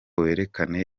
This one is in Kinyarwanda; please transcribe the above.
werekana